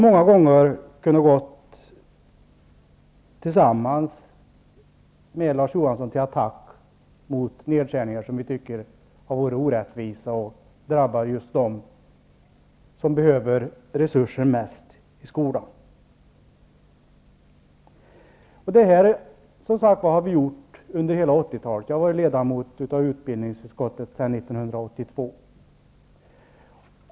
Många gånger har jag tillsammans med Larz Johansson kunnat gå till attack mot nedskärningar som vi tycker har varit orättvisa och drabbat just dem som mest behöver resurser i skolan. Detta har vi som sagt gjort under hela 80-talet. Jag har varit ledamot av utbildningsutskottet sedan 1982.